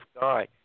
guy